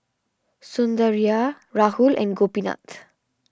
Sundaraiah Rahul and Gopinath